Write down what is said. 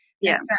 Yes